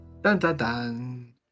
Dun-dun-dun